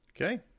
Okay